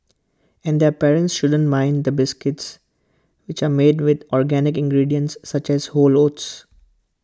and their parents shouldn't mind the biscuits which are made with organic ingredients such as whole oats